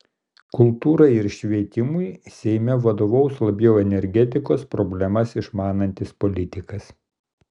kultūrai ir švietimui seime vadovaus labiau energetikos problemas išmanantis politikas